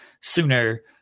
sooner